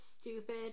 stupid